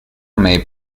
may